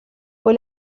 fue